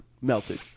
melted